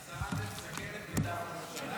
השרה מסכמת מטעם הממשלה?